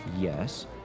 yes